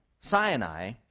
Sinai